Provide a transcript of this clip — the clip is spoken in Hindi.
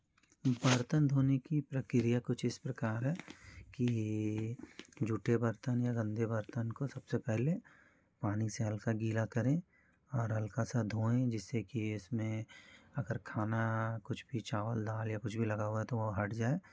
बर्तन धोने की प्रक्रिया कुछ इस प्रकार है कि जूठे बर्तन या गंदे बर्तन को सबसे पहले पानी से हल्का गीला करें और हल्का सा धोएँ जिससे कि उसमें अगर खाना कुछ भी चावल दाल या कुछ भी लगा हुआ है तो वह हट जाए